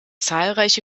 zahlreiche